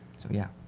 so yeah.